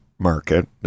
Market